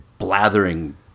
blathering